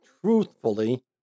truthfully